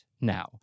now